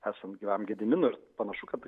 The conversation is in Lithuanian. esant gyvam gediminui ir panašu kad